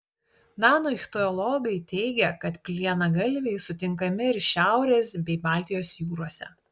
danų ichtiologai teigia kad plienagalviai sutinkami ir šiaurės bei baltijos jūrose